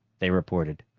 they reported.